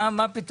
אה, מה פתאום.